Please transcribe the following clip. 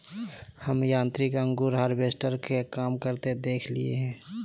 हम यांत्रिक अंगूर हार्वेस्टर के काम करते देखलिए हें